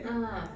mm